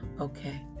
Okay